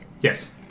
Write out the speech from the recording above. Yes